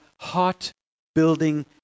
heart-building